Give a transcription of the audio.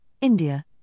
India